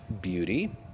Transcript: beauty